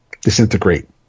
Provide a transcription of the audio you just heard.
disintegrate